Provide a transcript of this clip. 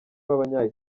b’abanya